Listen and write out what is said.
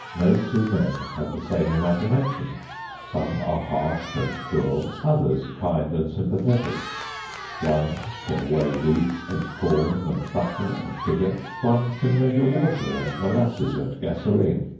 no two men have the same imagination some are harsh and cruel others kind and sympathetic one can weigh wheat and corn and butter and sugar one can measure water and molasses and gasoline.